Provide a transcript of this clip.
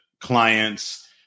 clients